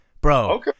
Bro